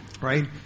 right